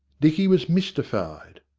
dicky was mystified.